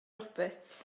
roberts